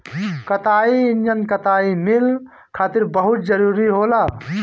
कताई इंजन कताई मिल खातिर बहुत जरूरी होला